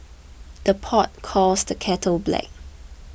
the pot calls the kettle black